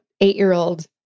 eight-year-old